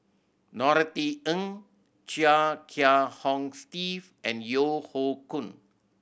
Norothy Ng Chia Kiah Hong Steve and Yeo Hoe Koon